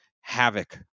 havoc